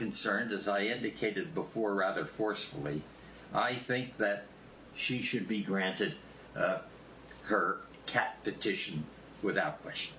concerned as i indicated before rather forcefully i think that she should be granted her cat that titian without